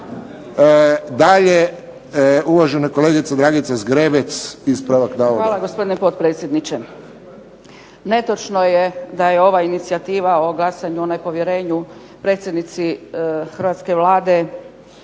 Dalje uvažena kolegica Dragica Zgrebec, ispravak navoda. **Zgrebec, Dragica (SDP)** Hvala gospodine potpredsjedniče. Netočno je da je ova inicijativa o glasanju o nepovjerenju predsjednici hrvatske Vlade